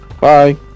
Bye